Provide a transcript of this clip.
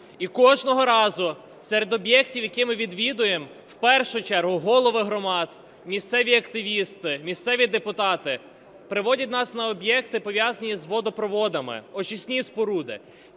І кожного разу серед об'єктів, які ми відвідуємо, в першу чергу голови громад, місцеві активісти, місцеві депутати приводять нас на об'єкти, пов'язані з водопроводами: очисні споруди,